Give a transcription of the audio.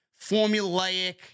formulaic